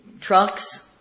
trucks